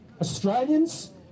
Australians